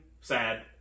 Sad